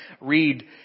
read